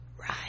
right